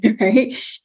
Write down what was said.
right